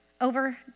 over